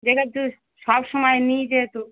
যেহেতু সবসময় নিই যেহেতু